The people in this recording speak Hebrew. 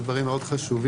הדברים מאוד חשובים.